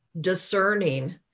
discerning